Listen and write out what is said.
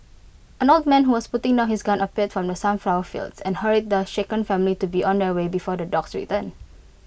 an old man who was putting down his gun appeared from the sunflower fields and hurried the shaken family to be on their way before the dogs return